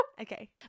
Okay